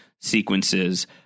sequences